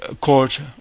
Court